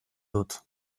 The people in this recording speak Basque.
dut